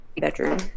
bedroom